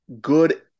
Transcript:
good